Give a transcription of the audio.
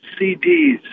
CDs